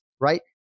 right